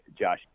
Josh